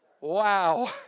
Wow